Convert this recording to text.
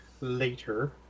later